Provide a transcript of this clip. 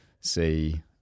see